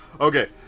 Okay